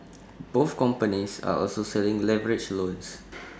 both companies are also selling leveraged loans